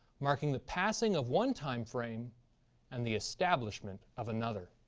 marking the passing of one time-frame and the establishment of another.